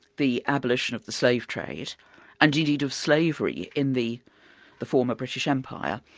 the abolition of the slave trade and indeed of slavery in the the former british empire,